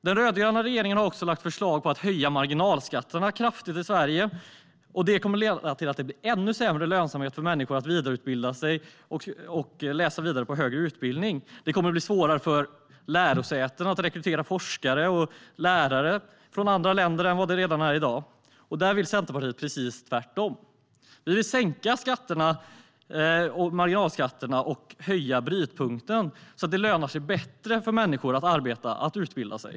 Den rödgröna regeringen har lagt fram förslag om att kraftigt höja marginalskatterna i Sverige. Det kommer att leda till att det blir ännu mindre lönsamt för människor att vidareutbilda sig och läsa vidare på högre utbildning. Det kommer att bli svårare för lärosäten att rekrytera forskare och lärare från andra länder än vad det är i dag. Centerpartiet vill göra precis tvärtom. Vi vill sänka marginalskatterna och höja brytpunkten, så att det lönar sig bättre för människor att arbeta och att utbilda sig.